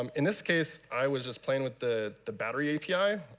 um in this case, i was just playing with the the battery api,